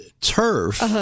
turf